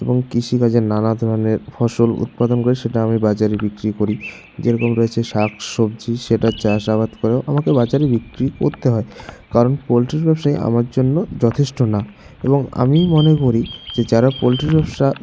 এবং কৃষিকাজে নানা ধরনের ফসল উৎপাদন করি সেটা আমি বাজারে বিক্রি করি যেরকম রয়েছে শাক সবজি সেটা চাষ আবাদ করেও আমাকে বাজারে বিক্রি করতে হয় কারণ পোল্ট্রির ব্যবসাই আমার জন্য যথেষ্ট না এবং আমি মনে করি যে যারা পোল্ট্রির ব্যবসা